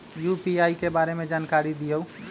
UPI के बारे में जानकारी दियौ?